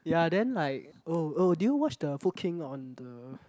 ya then like oh oh do you watch the Food King on the